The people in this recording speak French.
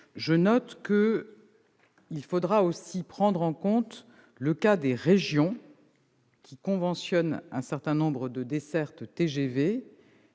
en cours. Il faudra aussi prendre en compte le cas des régions qui conventionnent un certain nombre de dessertes TGV